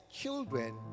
children